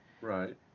right